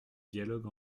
dialogue